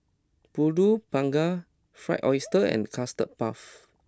Pulut Panggang Fried Oyster and Custard Puff